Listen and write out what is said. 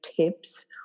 tips